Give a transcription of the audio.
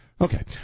Okay